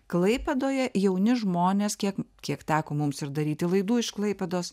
klaipėdoje jauni žmonės kiek kiek teko mums ir daryti laidų iš klaipėdos